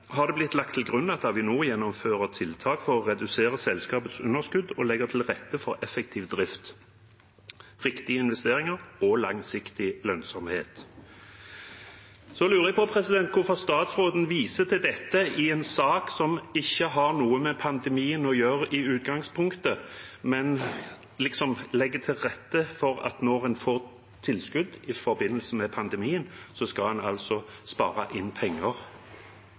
det blitt lagt til grunn at Avinor gjennomfører tiltak for å redusere selskapets underskudd og legger til rette for effektiv drift, riktige investeringer og langsiktig lønnsomhet.» Da lurer jeg på hvorfor statsråden viser til dette i en sak som ikke har noe med pandemien å gjøre i utgangspunktet, men legger til rette for at når en får tilskudd i forbindelse med pandemien, skal en altså spare inn penger.